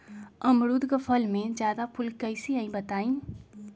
अमरुद क फल म जादा फूल कईसे आई बताई?